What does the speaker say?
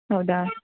ಹೌದಾ